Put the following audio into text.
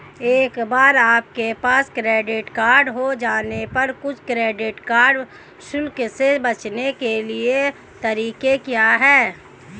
एक बार आपके पास क्रेडिट कार्ड हो जाने पर कुछ क्रेडिट कार्ड शुल्क से बचने के कुछ तरीके क्या हैं?